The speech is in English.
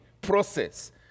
process